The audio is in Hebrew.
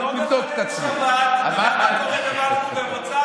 אתה יודע מה קורה בבלפור?